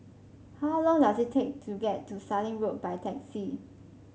how long does it take to get to Sallim Road by taxi